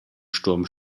sturm